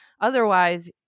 otherwise